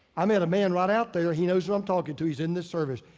i met a man right out there. he knows who i'm talking to. he's in the service.